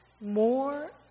more